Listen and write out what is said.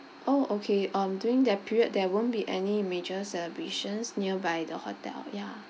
oh okay um during that period there won't be any major celebrations nearby the hotel